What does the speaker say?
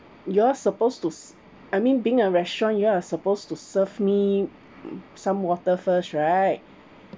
you're supposed to ser~ I mean being a restaurant you are supposed to serve me some water first right